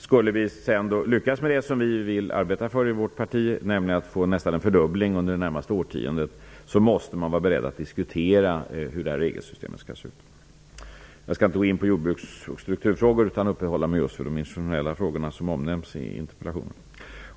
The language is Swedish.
Skulle vi sedan lyckas med det som vi i Folkpartiet vill arbeta för, nämligen att nästan få en fördubbling under det närmaste årtiondet, måste man vara beredd att diskutera hur det här regelsystemet skall se ut. Jag skall inte gå in på jordbruks och strukturfrågor, utan jag skall uppehålla mig just vid de konstitutionella frågor som omnämns i interpellationen.